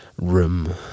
room